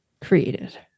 created